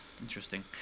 Interesting